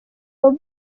com